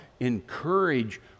encourage